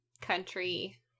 country